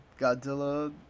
Godzilla